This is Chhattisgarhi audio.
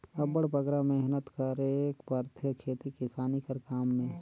अब्बड़ बगरा मेहनत करेक परथे खेती किसानी कर काम में